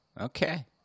Okay